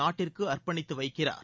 நாட்டிற்கு அர்பணித்து வைக்கிறார்